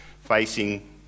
facing